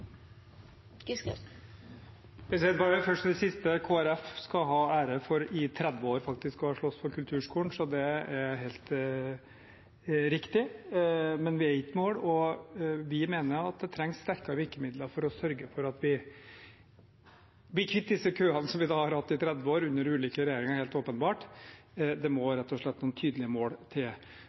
Først til det siste: Kristelig Folkeparti skal ha ære for i 30 år å ha sloss for kulturskolen, så det er helt riktig. Men vi er ikke i mål, og vi mener at det trengs sterkere virkemidler for å sørge for at vi blir kvitt disse køene som vi har hatt i 30 år, under ulike regjeringer, helt åpenbart. Det må rett og slett noen tydelig mål til. Bare for å oppklare fra Arbeiderpartiets side: Vi kommer ikke til